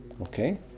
Okay